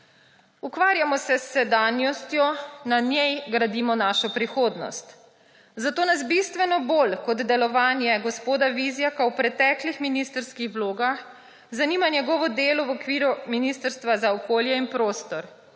Ukvarjamo se s sedanjostjo, na njej gradimo svojo prihodnost, zato nas bistveno bolj kot delovanje gospoda Vizjaka v preteklih ministrskih vlogah zanima njegovo delo v okviru Ministrstva za okolje in prostor.